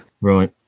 Right